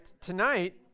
tonight